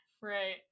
Right